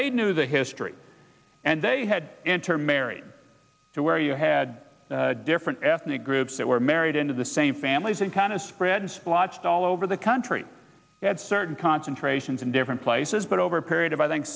they knew the history and they had inter married to where you had different ethnic groups that were married into the same families and kind of spread splotched all over the country at certain concentrations in different places but over a period of i think